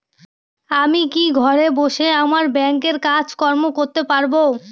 আমি কি ঘরে বসে আমার ব্যাংকের কাজকর্ম করতে পারব?